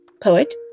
poet